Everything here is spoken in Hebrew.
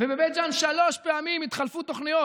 בבית ג'ן שלוש פעמים התחלפו תוכניות.